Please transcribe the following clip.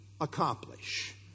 accomplish